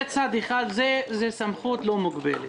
זה צד אחד, זה סמכות לא מוגבלת.